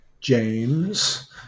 james